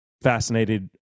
fascinated